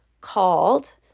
called